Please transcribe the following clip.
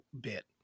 bit